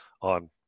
on